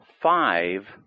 five